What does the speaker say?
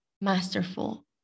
masterful